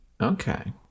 Okay